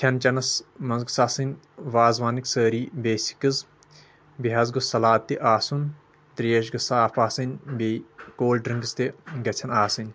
کھٮ۪ن چنس منٛز گٔژھ آسٕنۍ وازوانٕکۍ سٲری بیسکٕز بیٚیہِ حظ گوٚس سلات تہِ آسُن تریش گٔژھ صاف آسٕنۍ بیٚیہِ کولڈ ڈرنکٕس تہِ گژھن آسٕنی